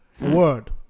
word